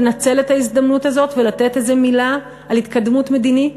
לנצל את ההזדמנות הזאת ולתת איזו מילה על התקדמות מדינית?